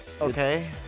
Okay